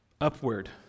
upward